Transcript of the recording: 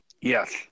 yes